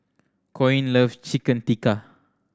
Koen love Chicken Tikka